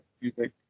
music